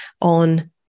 on